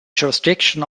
jurisdiction